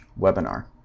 webinar